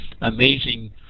amazing